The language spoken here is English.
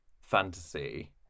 fantasy